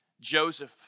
Joseph